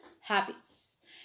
habits